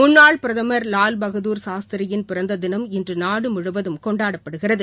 முன்னாள் பிரதம் வால் பகதூர் சாஸ்திரியிள் பிறந்த தினம் இன்று நாடு முழுவதும் கொண்டாடப்படுகிறது